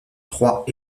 trois